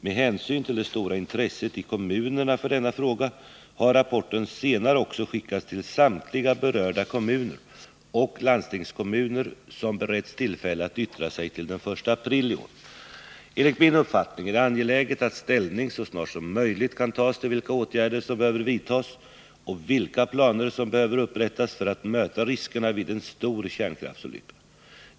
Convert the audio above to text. Med hänsyn till det stora intresset i kommunerna för denna fråga har rapporten senare också skickats till samtliga berörda kommuner och landstingskommuner, som beretts tillfälle att yttra sig till den 1 april i år. Enligt min uppfattning är det angeläget att ställning så snart som möjligt kan tas till vilka åtgärder som behöver vidtas och vilka planer som behöver upprättas för att möta riskerna vid en stor kärnkraftsolycka.